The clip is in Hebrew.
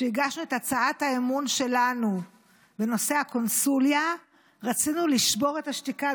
כשהגשנו את הצעת האי-אמון שלנו בנושא הקונסוליה רצינו לשבור את השתיקה,